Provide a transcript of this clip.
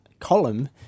Column